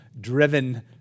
driven